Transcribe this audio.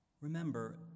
remember